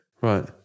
right